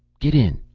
get in.